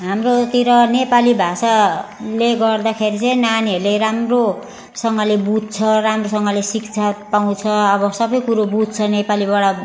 हाम्रोतिर नेपाली भाषाले गर्दाखेरि चाहिँ नानीहरूले राम्रोसँगले बुझ्छ राम्रोसँगले शिक्षा पाउँछ अब सबै कुरो बुझ्छ नेपालीबाट